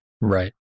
right